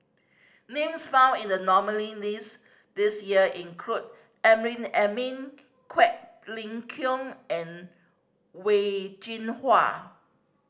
names found in the nominee list this year include Amrin Amin Quek Ling Kiong and Wen Jinhua